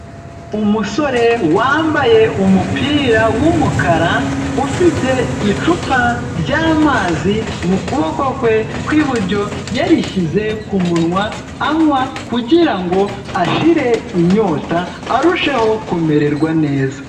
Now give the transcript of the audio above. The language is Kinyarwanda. Umusore wambaye umupira w'umukara, ufite icupa ry'amazi mu kuboko kwe kw'iburyo, yarishyize ku munwa, anywa kugirango ashire inyota arusheho kumererwa neza.